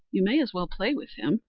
you may as well play with him,